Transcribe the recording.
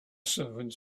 servants